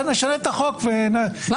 נשנה את החוק ונחוקק את חוק אי-הסבירות.